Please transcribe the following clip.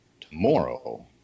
tomorrow